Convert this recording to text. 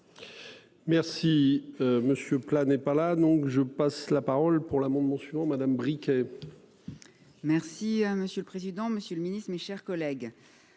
Merci. Monsieur plat n'est pas là donc je passe la parole pour la mention Madame Bricq. Merci monsieur le président, Monsieur le Ministre, mes chers collègues.